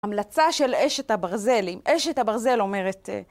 המלצה של אשת הברזל, אם אשת הברזל אומרת...